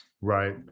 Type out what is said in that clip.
Right